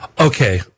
Okay